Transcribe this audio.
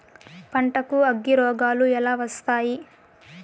పంటకు అగ్గిరోగాలు ఎలా వస్తాయి?